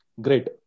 Great